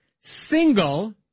single